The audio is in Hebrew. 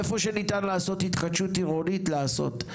ואיפה שניתן לעשות התחדשות עירונית, לעשות.